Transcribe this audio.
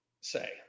say